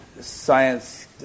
science